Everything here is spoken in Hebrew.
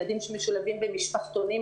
ילדים שמשולבים במשפחתונים.